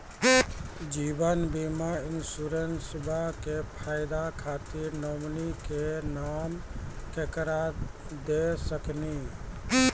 जीवन बीमा इंश्योरेंसबा के फायदा खातिर नोमिनी के नाम केकरा दे सकिनी?